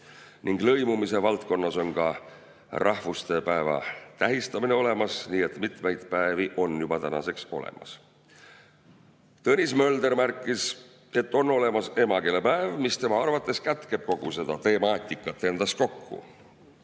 ning lõimumise valdkonnas on ka rahvuste päeva tähistamine olemas, nii et mitmeid päevi on juba tänaseks olemas. Tõnis Mölder märkis, et on olemas emakeelepäev, mis tema arvates kätkeb endas kogu seda temaatikat.